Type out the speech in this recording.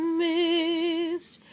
mist